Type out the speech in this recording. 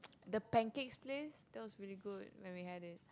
the pancakes place that was really good when we had it